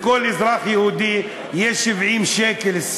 לכל אזרח יהודי יש 70 שקל,